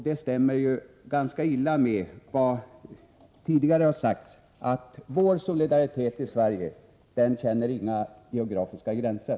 Detta stämmer ganska illa med vad som tidigare har sagts, att vår solidaritet i Sverige inte känner några geografiska gränser.